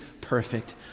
perfect